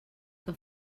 que